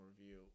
Review